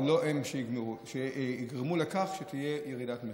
אבל לא הם שיגרמו לכך שתהיה ירידת מחירים.